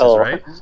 right